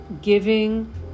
giving